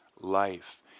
life